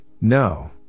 no